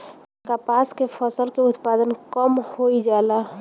कपास के फसल के उत्पादन कम होइ जाला?